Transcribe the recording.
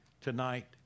tonight